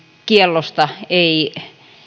kiellosta ei